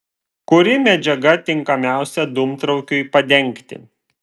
kuri medžiaga tinkamiausia dūmtraukiui padengti